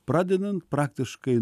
pradedant praktiškai